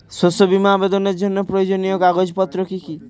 শস্য বীমা আবেদনের জন্য প্রয়োজনীয় কাগজপত্র কি কি?